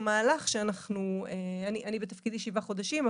מהלך שאנחנו -- אני בתפקידי שבעה חודשים,